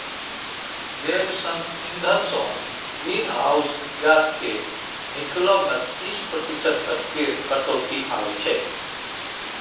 जैब इंधनसँ green house gas केर निकलब मे तीस प्रतिशत तक केर कटौती आबय छै